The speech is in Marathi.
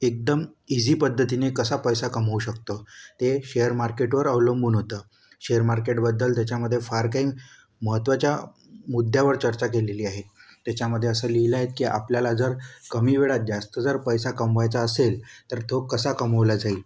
एकदम इझी पध्दतीने कसा पैसा कमवू शकतो ते शेअर मार्केटवर अवलंबून होतं शेअर मार्केटबद्दल त्याच्यामध्ये फार काही महत्त्वाच्या मुद्यावर चर्चा केलेली आहे त्याच्यामध्ये असं लिहिलं आहे की आपल्याला जर कमी वेळात जास्त जर पैसा कमवायचा असेल तर तो कसा कमावला जाईल